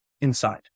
inside